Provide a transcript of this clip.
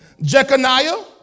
Jeconiah